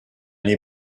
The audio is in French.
les